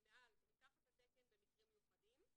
מעל או מתחת לתקן במקרים מיוחדים.